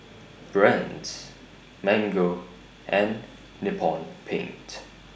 Brand's Mango and Nippon Paint